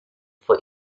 for